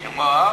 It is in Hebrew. מה?